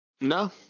No